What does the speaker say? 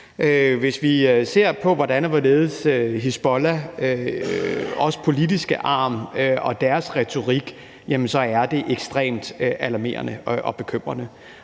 Hvis vi ser på, hvordan og hvorledes Hizbollah bruger deres politiske arm og deres retorik, er det ekstremt alarmerende og bekymrende.